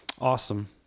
Awesome